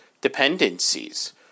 dependencies